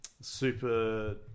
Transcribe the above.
Super